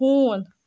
ہوٗن